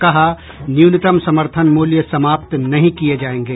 कहा न्यूनतम समर्थन मूल्य समाप्त नहीं किये जायेंगे